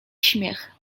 śmiech